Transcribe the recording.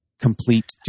Complete